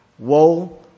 Woe